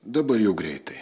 dabar jau greitai